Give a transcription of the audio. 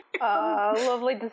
lovely